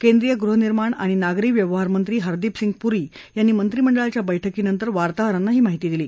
केंद्रीय गृहनिर्माण आणि नागरी व्यवहार मंत्री हरदीपसिंग पुरी यांनी मंत्रिमंडळाच्या बैठकीनंतर वार्तांहरांना ही माहिती दिली